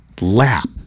lap